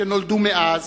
שנולדו מאז,